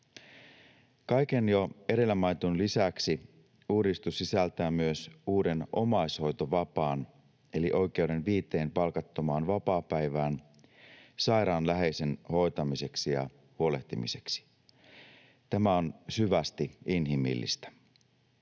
Kaiken jo edellä mainitun lisäksi uudistus sisältää myös uuden omaishoitovapaan eli oikeuden viiteen palkattomaan vapaapäivään sairaan läheisen hoitamiseksi ja huolehtimiseksi — tämä on syvästi inhimillistä.